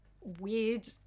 weird